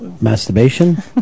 masturbation